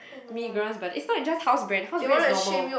Migros but is not just a house brand house brand is normal